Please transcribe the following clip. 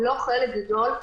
אם לא חלק גדול,